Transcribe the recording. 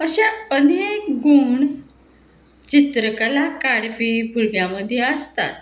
अशे अनेक गूण चित्रकला काडपी भुरग्यां मदीं आसतात